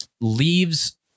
leaves